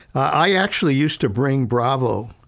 i actually used to bring bravo.